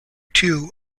too